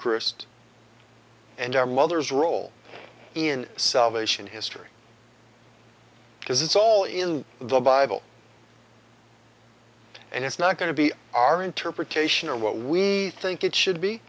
eucharist and our mother's role in salvation history because it's all in the bible and it's not going to be our interpretation or what we think it should be